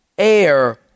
air